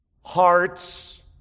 hearts